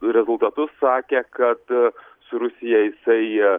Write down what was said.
rezultatus sakė kad su rusija jisai